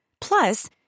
Plus